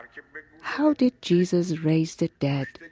like yeah how did jesus raise the dead?